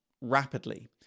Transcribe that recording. rapidly